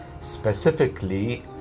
specifically